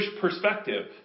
perspective